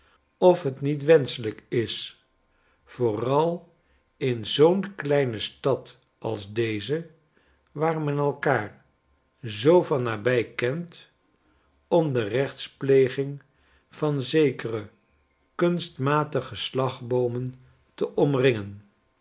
of t niet wenschelijk is vooral in zoo'n kleine stad als deze waar men elkaar zoo van nabij kent om de rechtspleging van zekere kunstmatige slagboomen te omringen